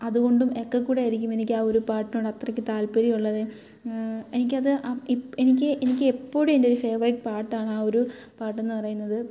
അതുകൊണ്ടും ഒക്കെ കൂടെ ആയിരിക്കും എനിക്ക് ആ ഒരു പാട്ടിനോട് അത്രയ്ക്ക് താല്പര്യം ഉള്ളത് എനിക്കത് ആ ഇപ് എനിക്ക് എനിക്ക് എപ്പോഴും എൻ്റെ ഒരു ഫേവറേറ്റ് പാട്ടാണ് ആ ഒരു പാട്ടെന്ന് പറയുന്നത്